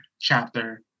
chapter